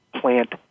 plant